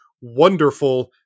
wonderful